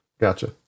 Gotcha